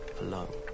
alone